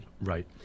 Right